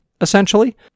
essentially